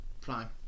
Prime